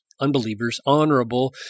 unbelievers—honorable